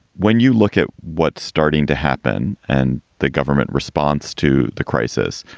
when you look at what's starting to happen and the government response to the crisis,